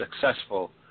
successful